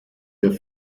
der